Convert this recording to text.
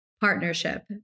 partnership